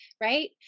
right